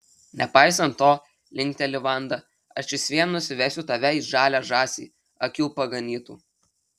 nepaisant to linkteli vanda aš vis vien nusivesiu tave į žalią žąsį akių paganytų